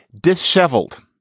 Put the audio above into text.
Disheveled